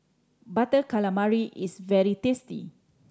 Butter Calamari is very tasty